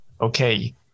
okay